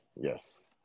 Yes